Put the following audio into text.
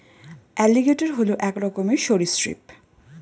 alligator হল এক রকমের সরীসৃপ